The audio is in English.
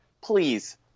please